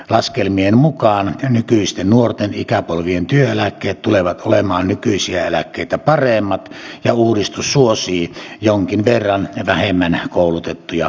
laskelmien mukaan nykyisten nuorten ikäpolvien työeläkkeet tulevat olemaan nykyisiä eläkkeitä paremmat ja uudistus suosii jonkin verran vähemmän koulutettuja työntekijöitä